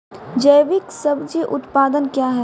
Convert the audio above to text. जैविक सब्जी उत्पादन क्या हैं?